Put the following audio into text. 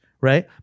right